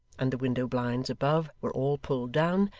and the window-blinds above were all pulled down,